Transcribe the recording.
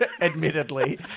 admittedly